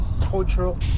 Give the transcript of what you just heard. Cultural